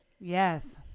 Yes